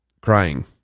crying